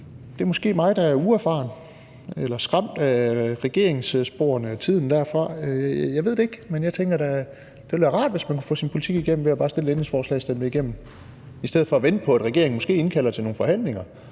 Det er måske mig, der er uerfaren eller skræmt af sporene fra regeringstiden; jeg ved det ikke, men jeg tænker da, at det ville være rart, hvis man kunne få sin politik igennem ved bare at stille et ændringsforslag og stemme det igennem i stedet for at vente på, at regeringen måske indkalder til nogle forhandlinger,